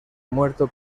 muerto